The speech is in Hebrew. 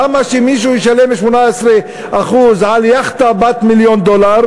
למה שמישהו ישלם 18% על יאכטה בת מיליון דולר